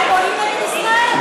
הם פועלים נגד ישראל,